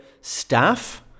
staff